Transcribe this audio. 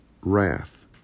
wrath